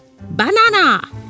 BANANA